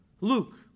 Luke